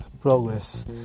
progress